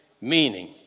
meaning